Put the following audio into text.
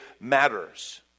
matters